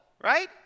right